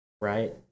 right